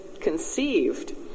conceived